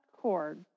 cord